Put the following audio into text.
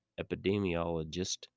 epidemiologist